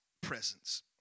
presence